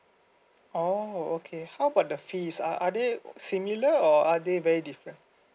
oh okay how about the fees are are they similar or are they very different